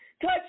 Touch